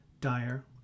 Dire